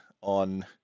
on